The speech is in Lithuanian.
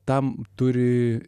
tam turi